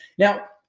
now,